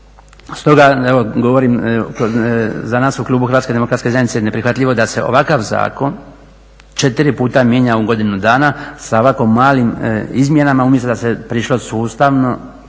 Stoga, evo govorim za nas u klubu Hrvatske demokratske zajednice ne prihvatljivo je da se ovakav zakon 4 puta mijenja u godinu dana sa ovako malim izmjenama umjesto da se prišlo sustavnome